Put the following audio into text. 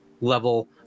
level